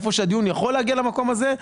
אם הדיון מגיע למקום הזה,